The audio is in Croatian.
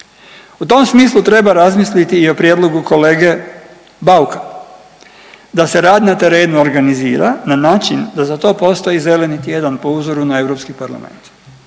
U tom smislu treba razmisliti i o prijedlogu kolege Bauka, da se rad na terenu organizira na način da za to postoji tjedan po uzornu na Europski parlament.